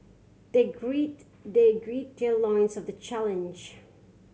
they gird they gird their loins of the challenge